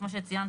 כמו שציינת,